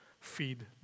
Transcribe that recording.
feed